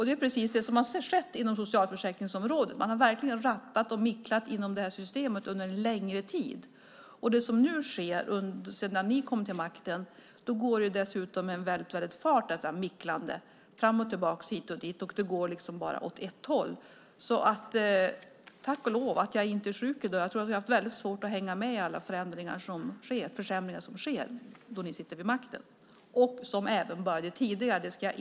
Det är precis det som har skett inom socialförsäkringsområdet och som man kan ta till sig. Man har verkligen rattat och micklat inom det här systemet under en längre tid.